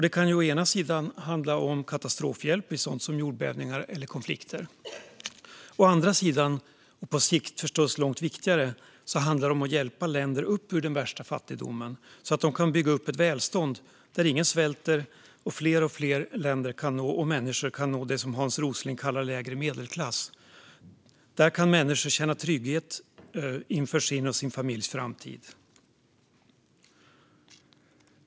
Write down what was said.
Det kan å ena sidan handla om katastrofhjälp vid sådant som jordbävningar eller konflikter. Å andra sidan, och på sikt förstås långt viktigare, handlar det om att hjälpa länder upp ur den värsta fattigdomen så att de kan bygga upp ett välstånd där ingen svälter och fler och fler länder och människor kan nå det som Hans Rosling kallade lägre medelklass. Där kan människor känna trygghet inför sin och sin familjs framtid.